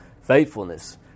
faithfulness